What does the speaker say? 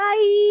Bye